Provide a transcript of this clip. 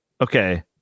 Okay